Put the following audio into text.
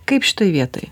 kaip šitoj vietoj